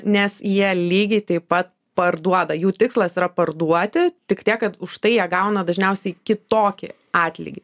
nes jie lygiai taip pat parduoda jų tikslas yra parduoti tik tiek kad už tai jie gauna dažniausiai kitokį atlygį